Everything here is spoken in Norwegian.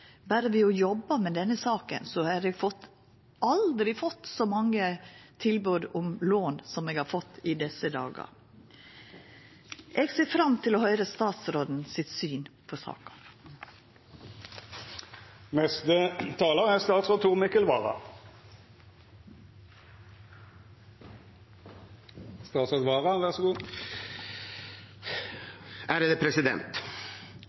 Berre ved å jobba med denne saka har eg i desse dagane fått så mange tilbod om lån som eg aldri før har fått. Eg ser fram til å høyra statsråden sitt syn på